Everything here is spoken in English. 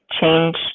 change